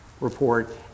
report